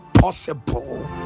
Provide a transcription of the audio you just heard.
possible